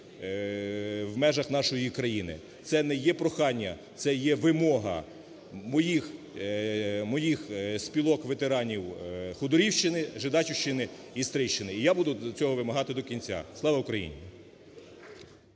в межах нашої країни. Це не є прохання, це є вимога моїх спілок ветеранів Ходорівщини Жидачівщини і Стрийщини. Я буду цього вимагати до кінця. Слава Україні.